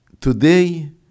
today